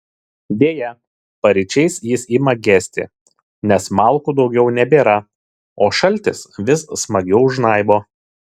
deja paryčiais jis ima gesti nes malkų daugiau nebėra o šaltis vis smagiau žnaibo